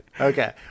Okay